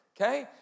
okay